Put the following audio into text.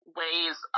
ways